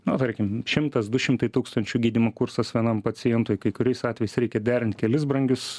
na tarkim šimtas du šimtai tūkstančių gydymo kursas vienam pacientui kai kuriais atvejais reikia derint kelis brangius